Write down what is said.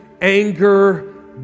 anger